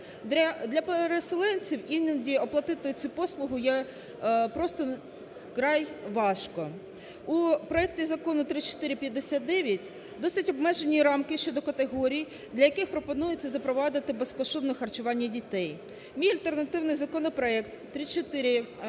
Для переселенців іноді оплатити цю послугу є просто вкрай важко. У проекті Закону 3459 досить обмежені рамки щодо категорій, для яких пропонується запровадити безкоштовне харчування дітей. Мій альтернативний законопроект 3459-1